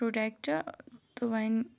product تہٕ وۄنۍ